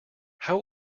how